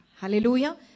Hallelujah